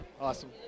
Awesome